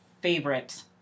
favorite